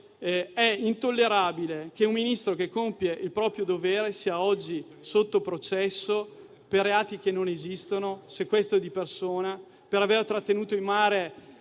intollerabile che un Ministro che compie il proprio dovere sia oggi sotto processo per reati che non esistono, come il sequestro di persona, per aver trattenuto in mare